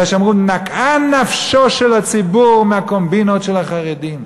אלא אמרו: נקעה נפשו של הציבור מהקומבינות של החרדים.